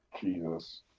Jesus